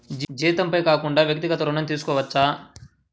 జీతంపై కాకుండా వ్యక్తిగత ఋణం తీసుకోవచ్చా?